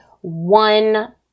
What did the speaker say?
one